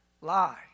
lie